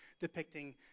depicting